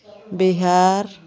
Bihar